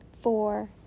four